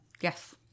Yes